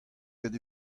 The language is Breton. ket